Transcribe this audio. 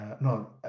no